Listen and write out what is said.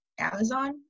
Amazon